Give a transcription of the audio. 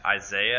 Isaiah